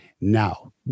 Now